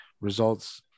results